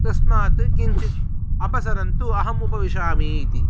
तस्मात् किञ्चित् अपसरन्तु अहम् उपविशामि इति